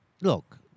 look